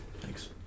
Thanks